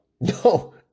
No